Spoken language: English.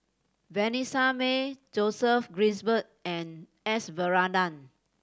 Vanessa Mae Joseph Grimberg and S Varathan